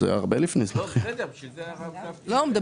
הרי זה 1,000 טון ביום.